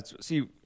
see